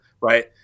right